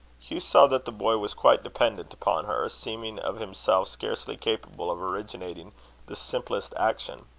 hugh saw that the boy was quite dependent upon her, seeming of himself scarcely capable of originating the simplest action.